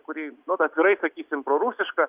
kuri nu atvirai sakysim prorusiška